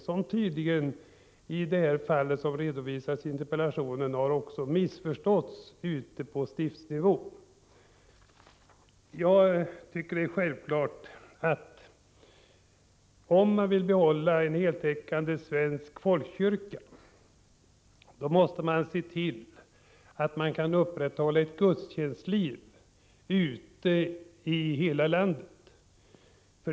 Som framgår av det fall som redovisas i interpellationen har tydligen enkäten missförståtts på stiftsnivå. Det är självklart att man, om man vill behålla en heltäckande svensk folkkyrka, måste se till att ett gudstjänstliv kan upprätthållas i hela landet.